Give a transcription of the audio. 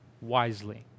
wisely